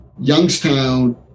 Youngstown